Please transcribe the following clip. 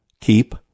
keep